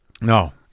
No